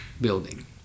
building